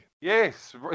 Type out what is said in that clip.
Yes